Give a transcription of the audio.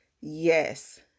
Yes